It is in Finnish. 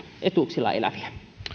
etuuksilla eläviä